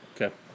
Okay